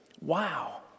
Wow